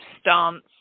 stance